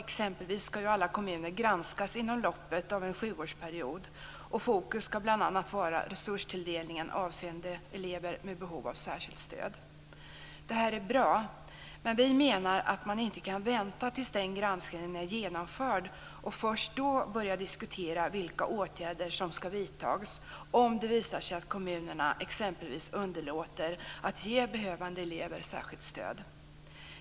Exempelvis skall ju alla kommuner granskas inom loppet av en sjuårsperiod. I fokus skall bl.a. vara resurstilldelningen avseende elever med behov av särskilt stöd. Detta är bra men vi menar att man inte kan vänta tills den granskningen är genomförd och först då börja diskutera vilka åtgärder som skall vidtas, om det visar sig att kommunerna exempelvis underlåter att ge behövande elever särskilt stöd.